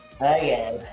again